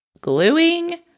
gluing